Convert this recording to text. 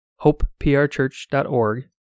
hopeprchurch.org